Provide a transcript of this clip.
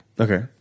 Okay